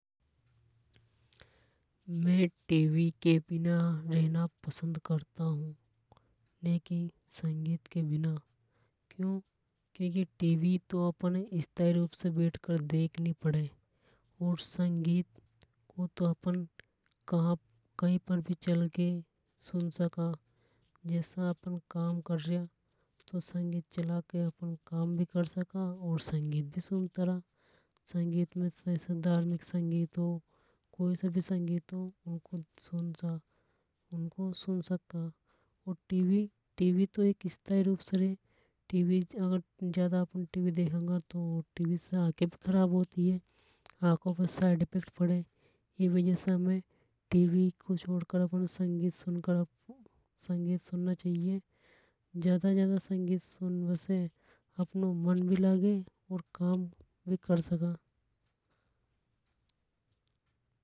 में टीवी के बिना रहना पसंद करता हूं न कि संगीत के बिना क्यों क्योंकि टीवी तो स्थाई रूप से बैठकर देखनी पड़े और संगीत को तो हम कहीं पर भी सुन सका जसा अपन काम कर रिया तो संगीत चलाके अपन काम भी कर सका और संगीत भी सुनतारा। संगीत में धार्मिक संगीत हो कोई सा भी संगीत हो उनको सुन सका। और टीवी टीवी तो एक स्थाई रूप से रे। टीवी टीवी अगर ज्यादा देख़ांगा। तो टीवी से आंखे भी खराब होती है। आंखों पे साइड इफेक्ट पड़े। ई वजह से हमको टीवी छोड़कर संगीत सुनना चाहिए। ज्यादा ज्यादा संगीत सुनबा से अपनो मन भी लागे ओर काम भी कर सका।